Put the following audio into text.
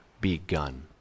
begun